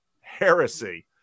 heresy